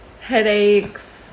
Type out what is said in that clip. headaches